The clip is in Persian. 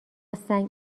سنگ